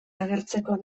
agertzeko